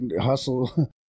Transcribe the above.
hustle